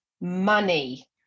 money